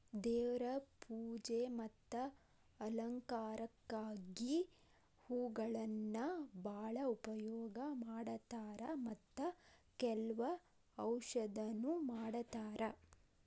ದೇವ್ರ ಪೂಜೆ ಮತ್ತ ಅಲಂಕಾರಕ್ಕಾಗಿ ಹೂಗಳನ್ನಾ ಬಾಳ ಉಪಯೋಗ ಮಾಡತಾರ ಮತ್ತ ಕೆಲ್ವ ಔಷಧನು ಮಾಡತಾರ